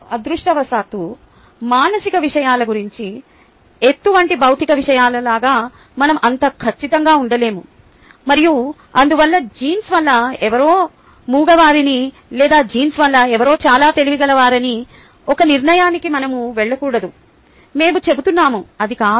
అదృష్టవశాత్తూ మానసిక విషయాల గురించి ఎత్తు వంటి భౌతిక విషయాల లాగా మనం అంత ఖచ్చితంగా ఉండలేము మరియు అందువల్ల జీన్స్ వల్ల ఎవరో మూగవారని లేదా జీన్స్ వల్ల ఎవరో చాలా తెలివిగలవారని ఒక నిర్ణయానికి మనం వెళ్లకూడదు మేము చెబుతున్నాది అది కాదు